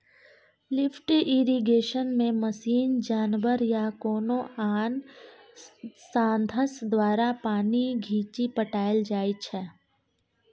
lift इरिगेशनमे machine, जानबर या कोनो आन साधंश द्वारा पानि घीचि पटाएल जाइ छै